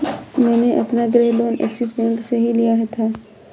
मैंने अपना गृह लोन ऐक्सिस बैंक से ही लिया था